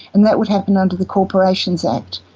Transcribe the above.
and that would happen under the corporations act.